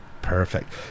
Perfect